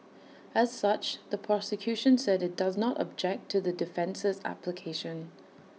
as such the prosecution said IT does not object to the defence's application